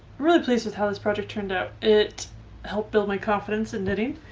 really pleased with how this project turned out it helped build my confidence in knitting